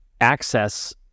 access